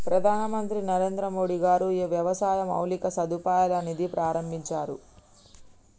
ప్రధాన మంత్రి నరేంద్రమోడీ గారు వ్యవసాయ మౌలిక సదుపాయాల నిధి ప్రాభించారు